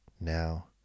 now